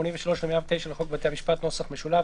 83 ו-109 לחוק בתי המשפט (נוסח משולב),